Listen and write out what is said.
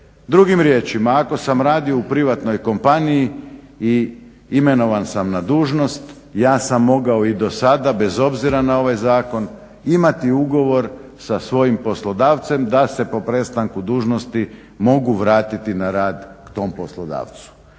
Drugim riječima ako sam radio u privatnoj kompaniji i imenovan sam na dužnost ja sam mogao i do sada bez obzira na ovaj zakon imati ugovor sa svojim poslodavcem da se po prestanku dužnosti mogu vratiti na rad k tom poslodavcu.